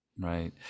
right